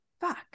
fuck